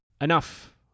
enough